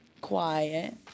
Quiet